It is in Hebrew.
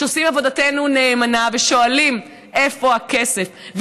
שעושים את עבודתנו נאמנה ושואלים איפה הכסף.